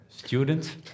Student